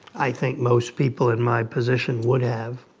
i think most people in my position would have.